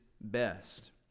best